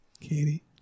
Katie